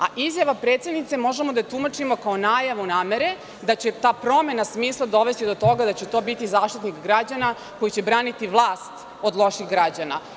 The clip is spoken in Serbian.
A izjava predsednice možemo da tumačimo kao najavu namere da će ta promena smisla dovesti do toga da će to biti Zaštitnik građana koji će braniti vlast od loših građana.